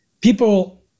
People